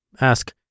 Ask